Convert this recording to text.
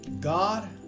God